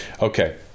okay